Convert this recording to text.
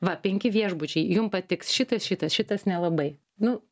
va penki viešbučiai jum patiks šitas šitas šitas nelabai nu